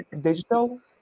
digital